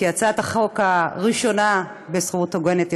כי הצעת החוק הראשונה בשכירות הוגנת,